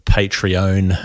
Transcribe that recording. Patreon